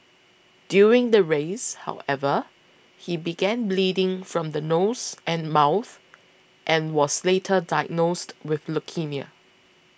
during the race however he began bleeding from the nose and mouth and was later diagnosed with leukaemia